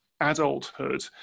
adulthood